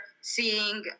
seeing